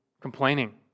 complaining